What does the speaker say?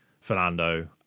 Fernando